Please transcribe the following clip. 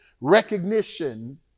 recognition